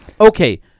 Okay